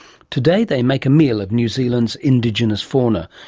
today they make a meal of new zealand's indigenous fauna,